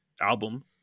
album